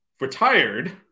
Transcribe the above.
retired